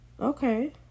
Okay